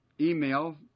email